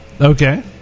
Okay